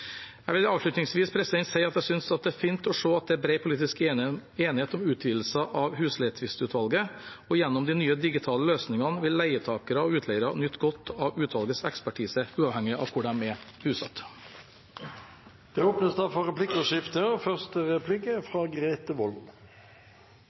Jeg vil avslutningsvis si at jeg synes det er fint å se at det er bred politisk enighet om utvidelse av husleietvistutvalget, og gjennom de nye digitale løsningene vil leietakere og utleiere nyte godt av utvalgets ekspertise uavhengig av hvor de er bosatt. Det blir replikkordskifte. Helt kort i forhold til endringer i rettshjelpsloven. Der er